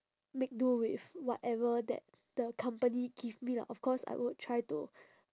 make do with whatever that the company give me lah of course I would try to